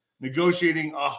negotiating